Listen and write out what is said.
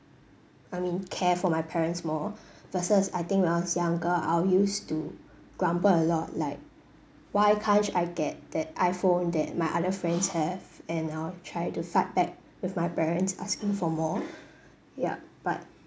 I mean care for my parents more versus I think when I was younger I'll used to grumble a lot like why can't I get that iphone that my other friends have and I'll try to fight back with my parents asking for more ya but